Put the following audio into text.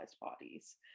bodies